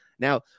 Now